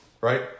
right